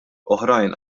oħrajn